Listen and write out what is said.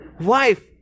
wife